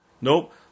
Nope